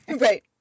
Right